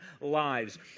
lives